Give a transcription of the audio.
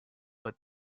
but